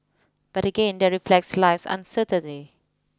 but again there reflects life's uncertainty